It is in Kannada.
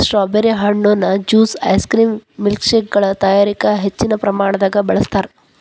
ಸ್ಟ್ರಾಬೆರಿ ಹಣ್ಣುನ ಜ್ಯೂಸ್ ಐಸ್ಕ್ರೇಮ್ ಮಿಲ್ಕ್ಶೇಕಗಳ ತಯಾರಿಕ ಹೆಚ್ಚಿನ ಪ್ರಮಾಣದಾಗ ಬಳಸ್ತಾರ್